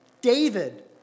David